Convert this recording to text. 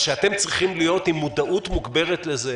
שאתם צריכים להיות עם מודעות מוגברת לכך